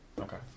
Okay